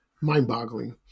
mind-boggling